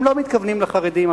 הם לא מתכוונים לחרדים,